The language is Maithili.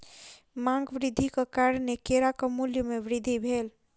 मांग वृद्धिक कारणेँ केराक मूल्य में वृद्धि भेल